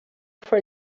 for